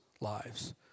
lives